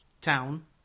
town